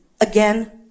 Again